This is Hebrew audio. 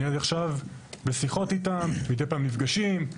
אני עכשיו בשיחות איתם, מדי פעם מפגשים.